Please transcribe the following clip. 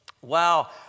Wow